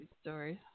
stories